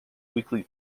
weekly